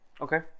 Okay